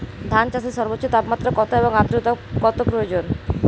ধান চাষে সর্বোচ্চ তাপমাত্রা কত এবং আর্দ্রতা কত প্রয়োজন?